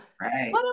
right